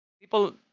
people